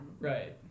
Right